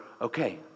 Okay